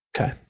Okay